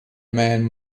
man